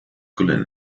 koelen